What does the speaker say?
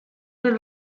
del